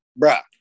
Bruh